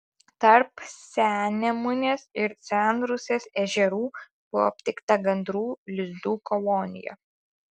tarp sennemunės ir senrusnės ežerų buvo aptikta gandrų lizdų kolonija